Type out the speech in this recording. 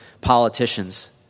politicians